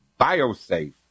Biosafe